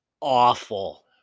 awful